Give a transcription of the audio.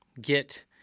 get